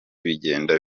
bigenda